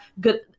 good